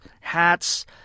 hats